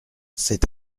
c’est